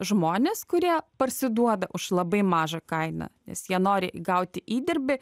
žmonės kurie parsiduoda už labai mažą kainą nes jie nori gauti įdirbį